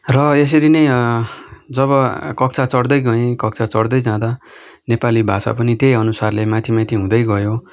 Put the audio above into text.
र यसरी नै जब कक्षा चढ्दै गएँ कक्षा चढ्दै जाँदा नेपाली भाषा पनि त्यही अनुसारले माथि माथि हुँदै गयो